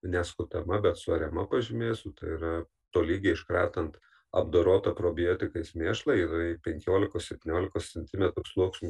ne skutama bet suariama pažymėsiu tai yra tolygiai iškratant apdorotą probiotikais mėšlą ir į penkiolikos septyniolikos centimetrų sluoksniu